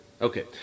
Okay